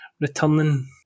returning